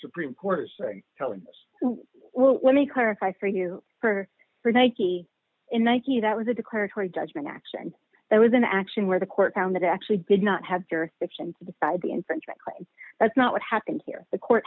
supreme court is telling us well let me clarify for you for for nike in one key that was a declaratory judgment action that was an action where the court found that it actually did not have jurisdiction to decide the infringement claims that's not what happened here the court